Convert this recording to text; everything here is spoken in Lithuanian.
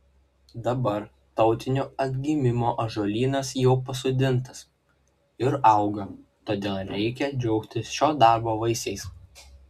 dabar tautinio atgimimo ąžuolynas jau pasodintas ir auga todėl reikia džiaugtis šio darbo vaisiais